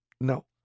No